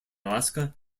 alaska